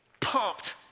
pumped